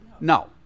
No